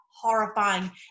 horrifying